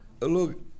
look